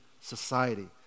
society